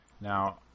now